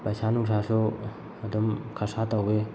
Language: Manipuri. ꯄꯩꯁꯥ ꯅꯨꯡꯁꯥꯁꯨ ꯑꯗꯨꯝ ꯈꯔꯁꯥ ꯇꯧꯋꯤ